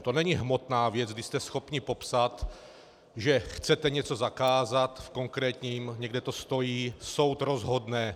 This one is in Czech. To není hmotná věc, kdy jste schopni popsat, že chcete něco zakázat v konkrétním, někde to stojí, soud rozhodne.